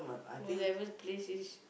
whoever's place is